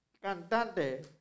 cantante